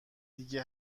دیگه